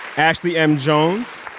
ashley m. jones